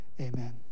Amen